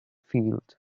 field